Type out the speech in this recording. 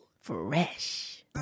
Fresh